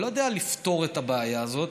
אני לא יודע לפתור את הבעיה הזאת.